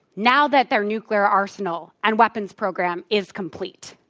now that their nuclear arsenal and weapons program is complete.